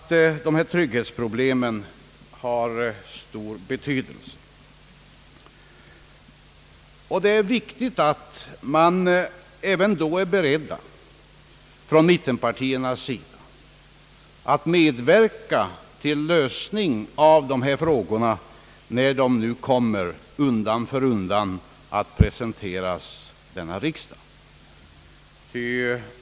Trygghetsproblemen har «naturligtvis stor betydelse, och det är viktigt att mittenpartierna är beredda att medverka till lösningen av dessa frågor, när de undan för undan kommer att presenteras för riksdagen.